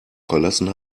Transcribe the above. verlassen